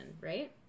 right